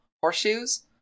horseshoes